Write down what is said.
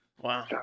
Wow